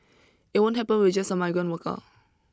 it won't happen with just a migrant worker